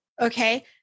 Okay